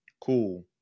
Cool